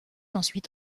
ensuite